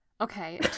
Okay